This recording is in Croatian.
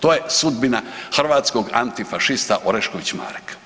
To je sudbina hrvatskog antifašista Orešković Marka.